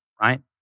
right